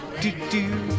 Do-do